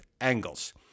angles